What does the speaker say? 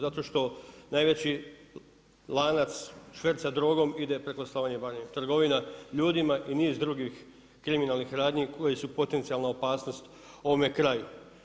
Zato što najveći lanac šverca drogom ide preko Slavonije i Baranje, trgovina ljudima i niz drugih kriminalnih radnji koje su potencijalna opasnost ovome kraju.